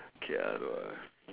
okay no